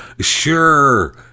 Sure